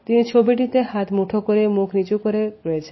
তিনি ছবিটিতে হাত মুঠো করে মুখ নিচু করে রয়েছেন